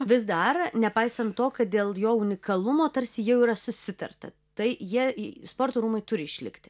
vis dar nepaisant to kad dėl jo unikalumo tarsi jau yra susitarta tai jie sporto rūmai turi išlikti